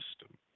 system